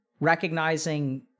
recognizing